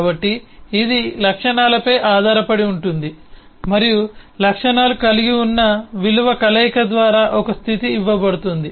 కాబట్టి ఇది లక్షణాలపై ఆధారపడి ఉంటుంది మరియు లక్షణాలు కలిగి ఉన్న విలువ కలయిక ద్వారా ఒక స్థితి ఇవ్వబడుతుంది